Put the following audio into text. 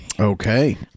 Okay